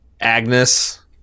Agnes